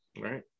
Right